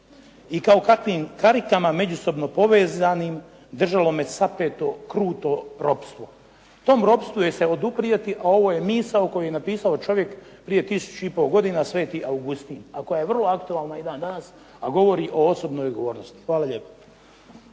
I kao kakvim karikama međusobno povezanim držalo me sapeto, kruto ropstvo." Tom ropstvu je se oduprijeti, a ovo je misao koju je napisao čovjek prije tisuću i pol godina sv. Augustin, a koja je vrlo aktualna i dan danas, a govori o osobnoj odgovornosti. Hvala lijepo.